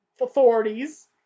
authorities